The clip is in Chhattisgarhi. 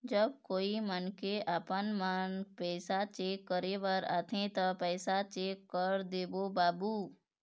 जब कोई मनखे आपमन पैसा चेक करे बर आथे ता पैसा चेक कर देबो बाबू?